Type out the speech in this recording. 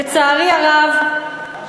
לצערי הרב,